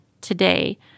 today